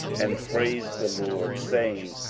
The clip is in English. and praised the lord, saying,